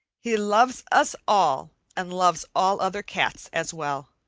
he loves us all and loves all other cats as well.